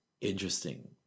interesting